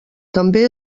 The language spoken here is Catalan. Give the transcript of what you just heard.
també